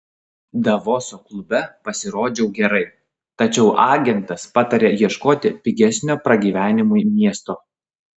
davoso klube pasirodžiau gerai tačiau agentas patarė ieškoti pigesnio pragyvenimui miesto